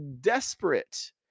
desperate